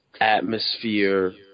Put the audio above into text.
Atmosphere